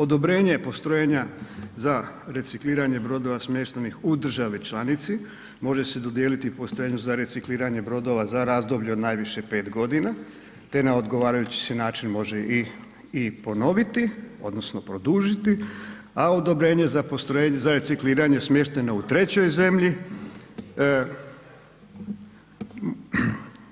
Odobrenje postrojenja za recikliranje brodova smještenih u državi članici može se dodjeliti postrojenju za recikliranje brodova za razdoblje od najviše 5 godina te na odgovarajući se način može i ponoviti, odnosno produžiti a odobrenje za postrojenje, za recikliranje smješteno u trećoj zemlji